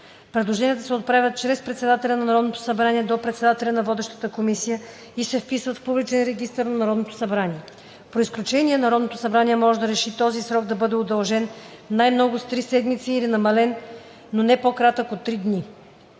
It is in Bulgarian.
Предложенията се отправят чрез председателя на Народното събрание до председателя на водещата комисия и се вписват в публичен регистър на Народното събрание. По изключение Народното събрание може да реши този срок да бъде удължен най-много с три седмици или намален, но не по-кратък от три дни.